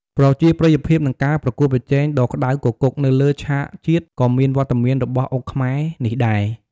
ប្រជាប្រិយភាព និងការប្រកួតប្រជែងដ៏ក្ដៅគគុក នៅលើឆាកជាតិ ក៏មានវត្តមានរបស់អុកខ្មែរនេះដែរ។